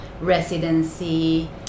residency